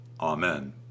Amen